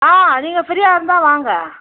ஆ நீங்கள் ஃப்ரீயாக இருந்தால் வாங்க